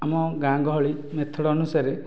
ଆମ ଗାଁ ଗହଳି ମେଥଡ଼୍ ଅନୁସାରେ